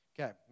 Okay